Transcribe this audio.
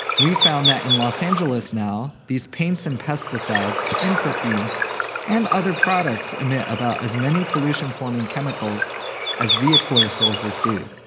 we found that in los angeles now these paints and pesticides and perfumes and other products emit about as many pollution-forming chemicals as vehicular sources do.